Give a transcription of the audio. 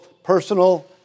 personal